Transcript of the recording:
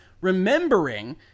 Remembering